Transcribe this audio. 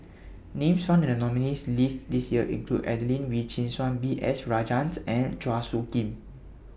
Names found in The nominees' list This Year include Adelene Wee Chin Suan B S Rajhans and Chua Soo Khim